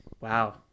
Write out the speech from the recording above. Wow